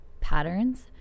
patterns